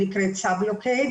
שנקראת סבלוקייד,